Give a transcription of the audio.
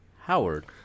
Howard